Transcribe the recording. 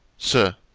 sir,